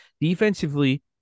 defensively